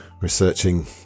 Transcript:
researching